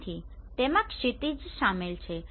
તેથી તેમાં ક્ષિતિજ શામેલ છે